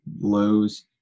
lows